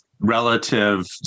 relative